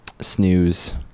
snooze